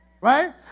Right